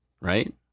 Right